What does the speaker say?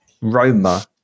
Roma